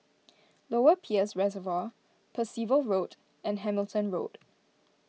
Lower Peirce Reservoir Percival Road and Hamilton Road